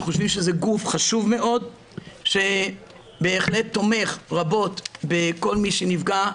אנחנו חושבים שזה גוף חשוב מאוד שבהחלט תומך רבות בכל מי שנפגע,